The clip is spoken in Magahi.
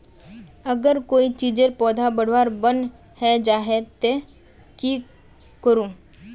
अगर कोई चीजेर पौधा बढ़वार बन है जहा ते की करूम?